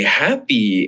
happy